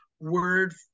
word